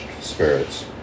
spirits